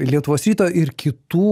lietuvos ryto ir kitų